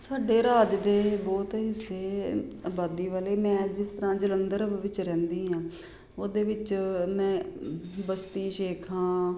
ਸਾਡੇ ਰਾਜ ਦੇ ਬਹੁਤ ਹਿੱਸੇ ਅਬਾਦੀ ਵਾਲੇ ਮੈਂ ਜਿਸ ਤਰ੍ਹਾਂ ਜਲੰਧਰ ਵਿੱਚ ਰਹਿੰਦੀ ਹਾਂ ਉਹਦੇ ਵਿੱਚ ਮੈਂ ਬਸਤੀ ਸ਼ੇਖਾਂ